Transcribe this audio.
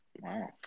Wow